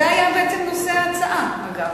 זה היה בעצם נושא ההצעה, אגב.